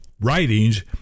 writings